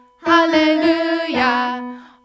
hallelujah